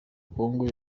kongo